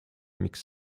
miks